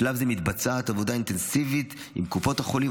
בשלב זה מתבצעת עבודה אינטנסיבית עם קופות החולים